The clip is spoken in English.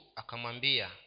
akamambia